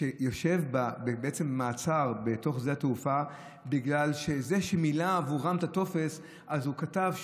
שיושב במעצר בשדה התעופה בגלל שזה שמילא עבורם את הטופס כתב,